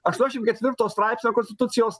aštuoniasdešim ketvirto straipsnio konstitucijos